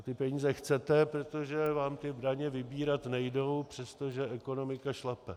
Vy ty peníze chcete, protože vám ty daně vybírat nejdou, přestože ekonomika šlape.